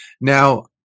now